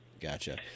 Gotcha